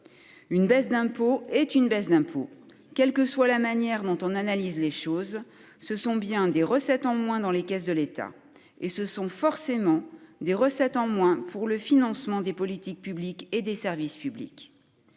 Une baisse d'impôt est une baisse d'impôt : quelle que soit la manière dont on analyse les choses, ce sont bien des recettes en moins dans les caisses de l'État et, forcément, des recettes en moins pour le financement des politiques publiques et pour les services publics.